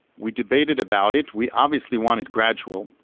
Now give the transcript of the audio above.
we debated about it. we obviously want it gradual,